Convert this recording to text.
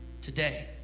today